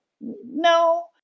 no